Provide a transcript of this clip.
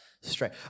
straight